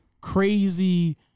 crazy